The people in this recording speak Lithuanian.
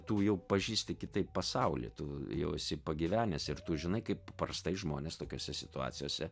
tu jau pažįsti kitaip pasaulį tu jau esi pagyvenęs ir tu žinai kaip paprastai žmonės tokiose situacijose